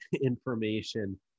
information